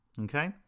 Okay